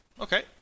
Okay